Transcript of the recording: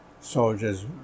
soldiers